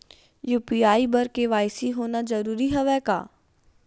UPI बर KYC होना जरूरी हवय का?